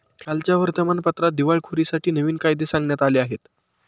कालच्या वर्तमानपत्रात दिवाळखोरीसाठी नवीन कायदे सांगण्यात आले आहेत